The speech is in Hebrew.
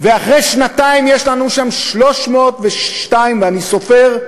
אחרי שנתיים יש לנו שם 302 ואני סופר,